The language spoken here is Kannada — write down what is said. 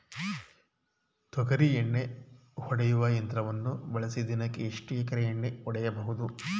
ತೊಗರಿ ಎಣ್ಣೆ ಹೊಡೆಯುವ ಯಂತ್ರವನ್ನು ಬಳಸಿ ದಿನಕ್ಕೆ ಎಷ್ಟು ಎಕರೆ ಎಣ್ಣೆ ಹೊಡೆಯಬಹುದು?